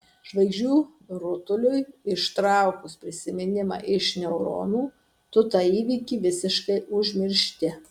žvaigždžių rutuliui ištraukus prisiminimą iš neuronų tu tą įvykį visiškai užmiršti